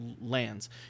lands